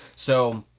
so,